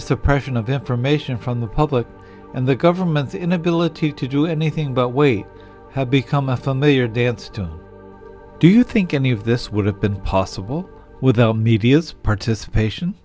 suppression of information from the public and the government's inability to do anything but wait have become a familiar dance to do you think any of this would have been possible with the media's participation